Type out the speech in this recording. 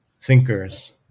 thinkers